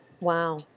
Wow